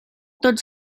tots